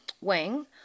Wang